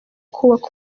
kubaka